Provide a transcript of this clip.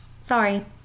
Sorry